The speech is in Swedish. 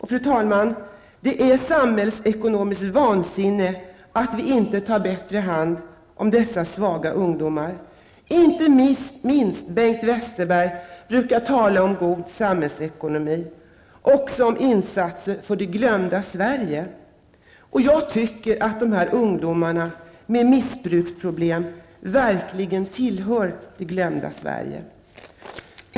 Fru talman! Det är samhällsekonomiskt vansinne att vi inte bättre tar hand om dessa svaga ungdomar. Inte minst Bengt Westerberg brukar tala om god samhällsekonomi och även om insatser för det glömda Sverige, och jag tycker att de här ungdomarna med missbruksproblem verkligen tillhör det glömda Sverige.